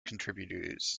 contributors